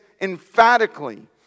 emphatically